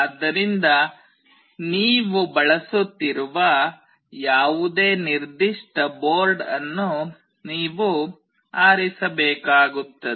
ಆದ್ದರಿಂದ ನೀವು ಬಳಸುತ್ತಿರುವ ಯಾವುದೇ ನಿರ್ದಿಷ್ಟ ಬೋರ್ಡ್ ಅನ್ನು ನೀವು ಆರಿಸಬೇಕಾಗುತ್ತದೆ